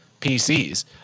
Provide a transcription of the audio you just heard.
PCs